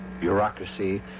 bureaucracy